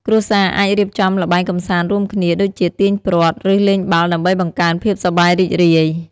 គ្រួសារអាចរៀបចំល្បែងកម្សាន្តរួមគ្នាដូចជាទាញព្រ័ត្រ ឬលេងបាល់ដើម្បីបង្កើនភាពសប្បាយរីករាយ។